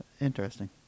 interesting